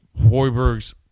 Hoiberg's